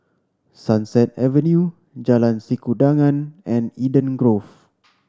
Sunset Avenue Jalan Sikudangan and Eden Grove